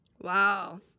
wow